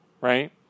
right